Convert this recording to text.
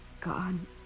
gone